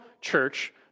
church